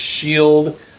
shield